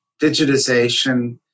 digitization